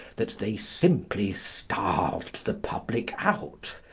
that they simply starved the public out.